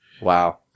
Wow